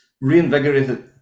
reinvigorated